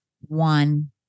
one